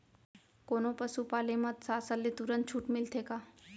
कोनो पसु पाले म शासन ले तुरंत छूट मिलथे का?